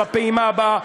בפעימה הבאה.